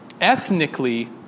ethnically